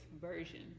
version